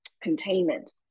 containment